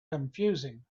confusing